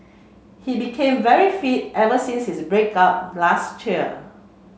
he became very fit ever since his break up last year